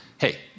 Hey